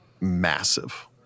massive